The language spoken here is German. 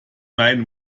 meinen